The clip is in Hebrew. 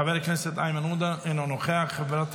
חבר הכנסת איימן עודה, אינו נוכח,